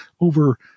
over